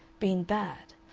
been bad,